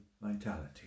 vitality